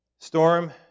Storm